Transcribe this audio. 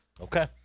Okay